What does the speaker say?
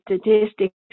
statistics